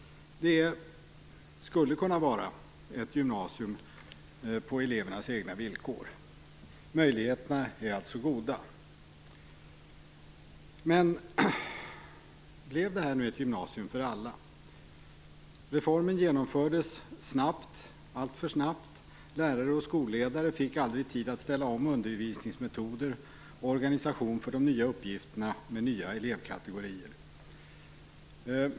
Det skulle kunna vara ett gymnasium på elevernas egna villkor. Möjligheterna är goda. Men blev det här nu ett gymnasium för alla? Reformen genomfördes snabbt - alltför snabbt. Lärare och skolledare fick aldrig tid att ställa om undervisningsmetoder och organisation för de nya uppgifterna med nya elevkategorier.